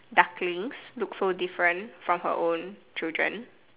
ducklings look so different from her own children